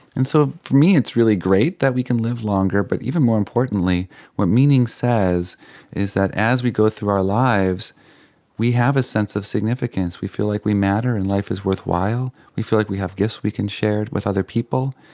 and so for me it's really great that we can live longer but even more importantly what meaning says is that as we go through our lives we have a sense of significance, we feel like we matter and life is worthwhile, we feel like we have gifts we can share with other people,